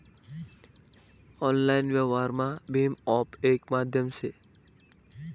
online व्यवहारमा भीम app येक माध्यम से